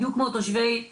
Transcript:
בדיוק כמו תושבי ירושלים,